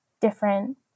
different